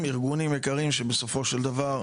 ארגונים יקרים שבסופו של דבר,